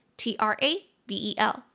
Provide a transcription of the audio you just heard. travel